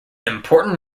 important